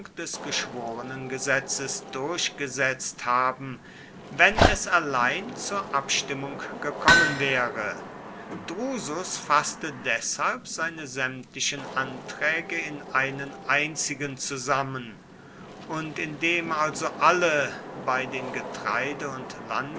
des geschworenengesetzes durchgesetzt haben wenn es allein zur abstimmung gekommen wäre drusus faßte deshalb seine sämtlichen anträge in einen einzigen zusammen und indem also alle bei den getreide und